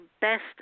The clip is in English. best